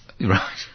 Right